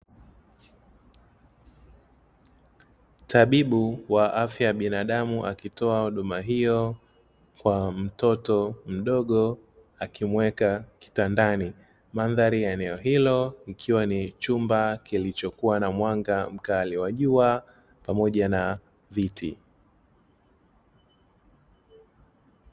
Tabibu wa afya ya binadamu akitoa huduma hiyo kwa mtoto mdogo, akimuweka kitandani. Mandhari ya eneo hilo ikiwa ni chumba kilichokuwa na mwanga mkali wa jua pamoja na viti.